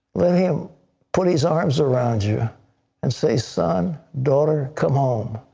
let him put his arms around you and say son, daughter, come home.